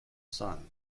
son